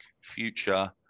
future –